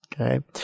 Okay